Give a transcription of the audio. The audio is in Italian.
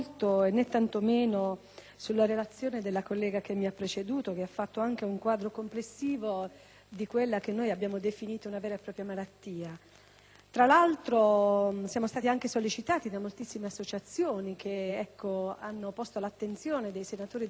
sulla relazione della collega che mi ha preceduto, che ha fornito anche un quadro complessivo di quella che abbiamo definito una vera e propria malattia. Tra l'altro, siamo stati anche sollecitati da moltissime associazioni che hanno posto all'attenzione dei senatori della Repubblica questo fenomeno,